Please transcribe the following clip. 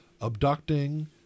abducting